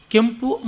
Kempu